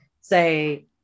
say